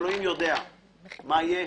אלוהים יודע מה יהיה,